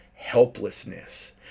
Helplessness